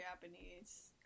Japanese